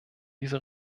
diese